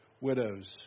widows